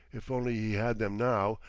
if only he had them now,